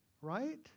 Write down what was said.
right